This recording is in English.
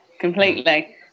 completely